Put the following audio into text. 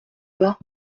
bas